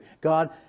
God